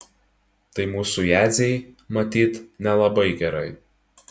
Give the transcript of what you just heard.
tai mūsų jadzei matyt nelabai gerai